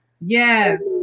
Yes